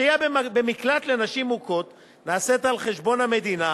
השהייה במקלט לנשים מוכות נעשית על חשבון המדינה.